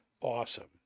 awesome